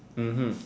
mmhmm